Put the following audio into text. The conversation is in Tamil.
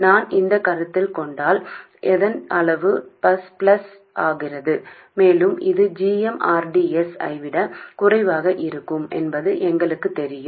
நான் கருத்தில் கொண்டால் அதன் அளவு ப்ளஸ் ஆகிறது மேலும் இது g m rd s ஐ விட குறைவாக இருக்கும் என்பது எங்களுக்குத் தெரியும்